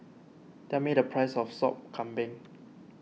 tell me the price of Sop Kambing